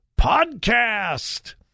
podcast